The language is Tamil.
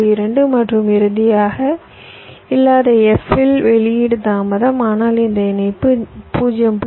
2 மற்றும் இறுதியாக இல்லாத f இல் வெளியீடு தாமதம் ஆனால் இந்த இணைப்பு 0